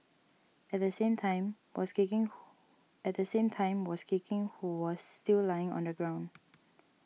at the same time was kicking who at the same time was kicking who was still lying on the ground